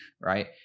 right